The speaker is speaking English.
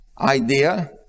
idea